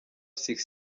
sick